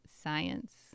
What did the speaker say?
science